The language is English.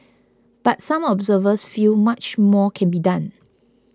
but some observers feel much more can be done